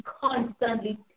constantly